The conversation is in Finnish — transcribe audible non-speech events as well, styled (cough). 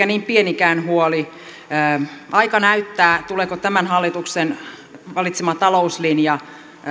(unintelligible) niin pienikään huoli aika näyttää tuleeko tämän hallituksen valitsema talouslinja